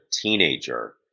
teenager